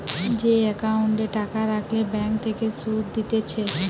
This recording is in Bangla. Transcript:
যে একাউন্টে টাকা রাখলে ব্যাঙ্ক থেকে সুধ দিতেছে